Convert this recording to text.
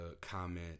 comment